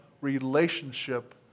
relationship